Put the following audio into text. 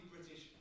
British